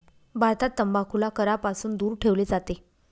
भारतात तंबाखूला करापासून दूर ठेवले जाते